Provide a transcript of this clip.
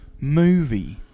movie